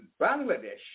Bangladesh